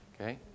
Okay